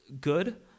good